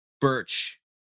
Birch